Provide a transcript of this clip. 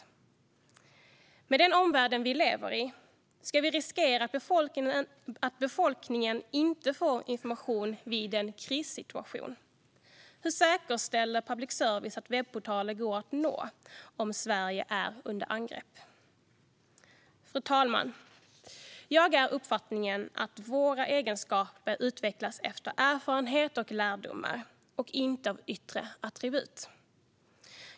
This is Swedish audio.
Ska vi, med tanke på den omvärld vi lever i, riskera att befolkningen inte får information vid en krissituation? Hur säkerställer public service att webbportaler går att nå om Sverige är under angrepp? Fru talman! Jag är av uppfattningen att våra egenskaper utvecklas genom erfarenhet och lärdomar och inte av yttre attribut.